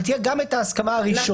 אבל תהיה גם את ההסכמה הראשונית,